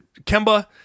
Kemba